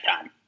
time